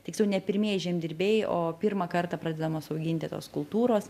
tiksliau ne pirmieji žemdirbiai o pirmą kartą pradedamos auginti tos kultūros